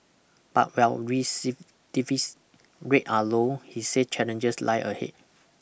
but while recidivism rates are low he said challenges lie ahead